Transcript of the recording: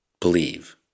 believe